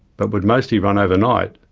but would mostly run overnight,